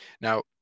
Now